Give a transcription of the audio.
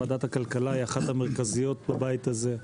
ועדת הכלכלה היא אחת המרכזיות בבית הזה,